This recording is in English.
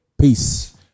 Peace